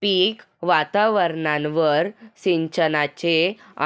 पीक वातावरणावर सिंचनाचे